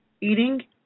eating